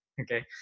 Okay